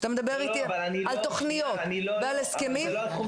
כשאתה מדבר איתי על תוכניות ועל הסכמים --- זה לא התחום